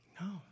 no